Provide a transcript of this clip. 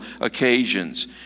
occasions